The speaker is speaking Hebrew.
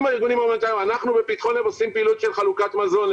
אנחנו ב"פתחון לב" עושים פעילות של חלוקת מזון,